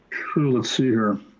let's see here,